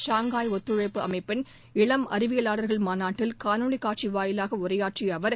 Shanghai ஒத்துழைப்பு அமைப்பின் இளம் அறிவியலாளர்கள் மாநாட்டில் காணொலி காட்சி வாயிலாக உரையாற்றிய அவர்